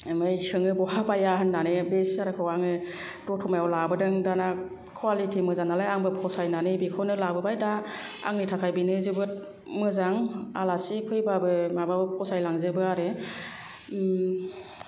आमफ्राइ सोङो बहा बाया होन्नानै बे सियारखौ आङो दतमाआव लाबोदों दाना खवालिथि मोजां नालाय आंबो फसायनानै बेखौनो लाबोबाय दा आंनि थाखाय बेनो जोबोद मोजां आलासि फैबाबो माबाबो फसाय लांजोबो आरो